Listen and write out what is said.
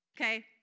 okay